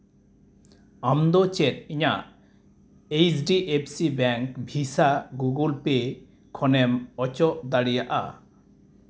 ᱟᱢ ᱫᱚ ᱪᱮᱫ ᱤᱧᱟᱹᱜ H D F C bank ᱵᱷᱤᱥᱟ ᱜᱩᱜᱚᱞ ᱯᱮ ᱠᱷᱚᱱᱮᱢ ᱚᱪᱚᱜ ᱫᱟᱲᱮᱭᱟᱜᱼᱟ